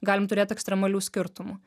galim turėt ekstremalių skirtumų